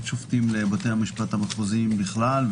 שופטים לבתי המשפט המחוזיים בכלל,